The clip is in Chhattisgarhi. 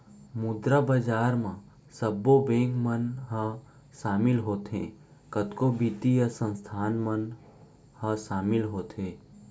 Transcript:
मुद्रा बजार म सब्बो बेंक मन ह सामिल होथे, कतको बित्तीय संस्थान मन ह सामिल होथे